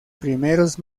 primeros